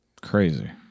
Crazy